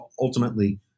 ultimately